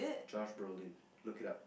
Josh-Brolin look it up